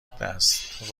درست